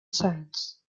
science